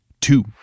Two